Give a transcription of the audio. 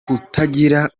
kutagira